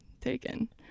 taken